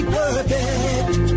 perfect